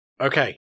Okay